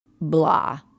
blah